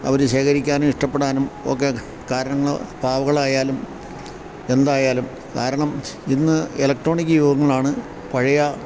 അവര് ശേഖരിക്കാനും ഇഷ്ടപ്പെടാനും ഒക്കെ കാരണങ്ങള് പാവകളായാലും എന്തായാലും കാരണം ഇന്ന് ഇലക്ട്രോണിക് യുഗങ്ങളാണ് പഴയ